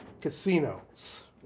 casinos